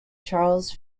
charles